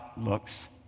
looks